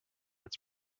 its